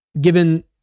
given